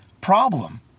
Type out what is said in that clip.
problem